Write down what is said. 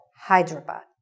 Hyderabad